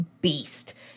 beast